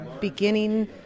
beginning